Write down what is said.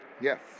Yes